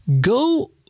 go